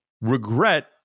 regret